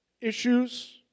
issues